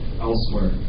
elsewhere